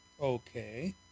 Okay